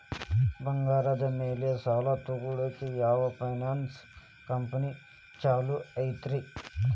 ಬಂಗಾರದ ಮ್ಯಾಲೆ ಸಾಲ ತಗೊಳಾಕ ಯಾವ್ ಫೈನಾನ್ಸ್ ಕಂಪನಿ ಛೊಲೊ ಐತ್ರಿ?